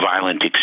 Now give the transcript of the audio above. violent